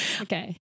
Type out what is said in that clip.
Okay